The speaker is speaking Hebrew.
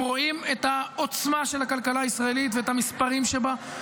הם רואים את העוצמה של הכלכלה הישראלית ואת המספרים שבה,